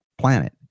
planet